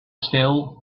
still